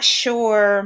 sure